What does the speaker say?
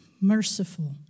merciful